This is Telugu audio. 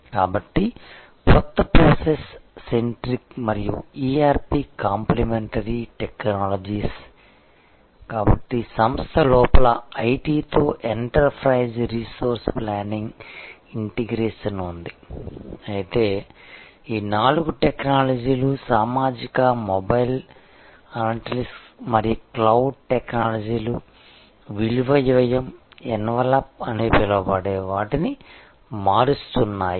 కాబట్టి కొత్త ప్రాసెస్ సెంట్రిక్ మరియు ERP కాంప్లిమెంటరీ టెక్నాలజీస్ కాబట్టి సంస్థ లోపల IT తో ఎంటర్ప్రైజ్ రిసోర్స్ ప్లానింగ్ ఇంటిగ్రేషన్ ఉంది అయితే ఈ నాలుగు టెక్నాలజీలు సామాజిక మొబైల్ అనలిటిక్స్ మరియు క్లౌడ్ టెక్నాలజీలు విలువ వ్యయం ఎన్వలప్ అని పిలవబడే వాటిని మారుస్తున్నాయి